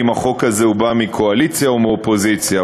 החוק הזה בא מהקואליציה או מהאופוזיציה.